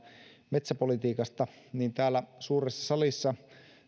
metsäpolitiikasta niin täällä suuressa salissa